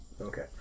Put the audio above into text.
Okay